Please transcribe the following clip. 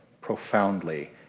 profoundly